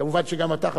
מובן שגם אתה,